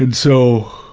and so,